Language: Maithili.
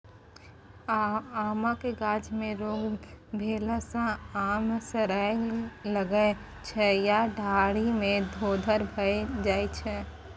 आमक गाछ मे रोग भेला सँ आम सरय लगै छै या डाढ़ि मे धोधर भए जाइ छै